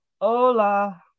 hola